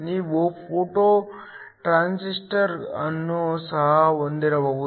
ನೀವು photo transistor ಅನ್ನು ಸಹ ಹೊಂದಿರಬಹುದು